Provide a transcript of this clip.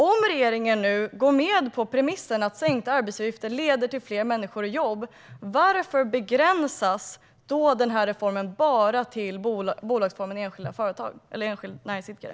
Om regeringen nu går med på premissen att sänkta arbetsgivaravgifter leder till fler människor i jobb, varför begränsas då reformen till endast bolagsformen enskild näringsidkare?